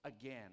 again